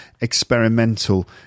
experimental